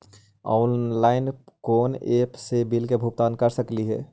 Online कोन app से bill के भुगतान कर सकली ही?